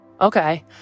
okay